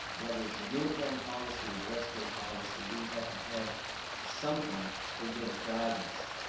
whether it's a uniform policy or dress code policy, we have to have something that gives guidance,